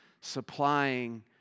supplying